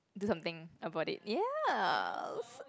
do something about it ya